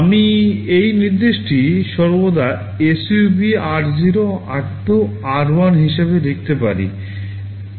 আমি এই নির্দেশটি সর্বদা SUB r0 r2 r1 হিসাবে লিখতে পারি